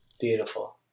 Beautiful